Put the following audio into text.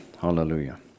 Hallelujah